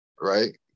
right